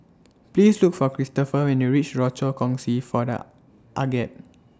Please Look For Christopher when YOU REACH Rochor Kongsi For The Aged